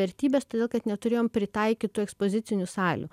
vertybes todėl kad neturėjom pritaikytų ekspozicinių salių